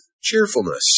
cheerfulness